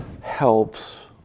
helps